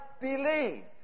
believe